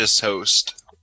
host